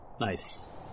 nice